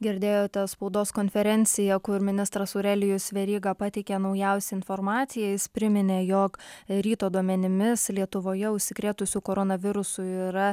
girdėjote spaudos konferenciją kur ministras aurelijus veryga pateikė naujausią informaciją jis priminė jog ryto duomenimis lietuvoje užsikrėtusių koronavirusu yra